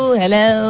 hello